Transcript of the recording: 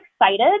excited